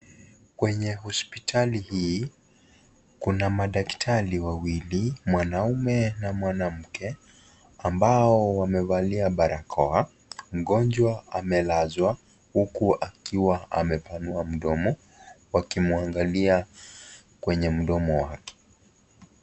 Kwenye hospitali hii, kuna madaktari wawili, mwanaume na mwanamke, ambao wamevalia barakoa. Mgonjwa amelazwa huku akiwa amepanua mdomo wakimwangalia kwenye mdomo wake.